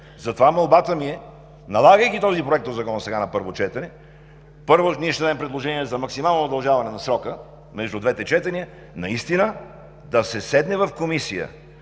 от предложения, налагайки този Законопроект сега на първо четене, първо, ние ще дадем предложение за максимално удължаване на срока между двете четения, наистина да се седне в Комисията,